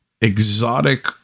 exotic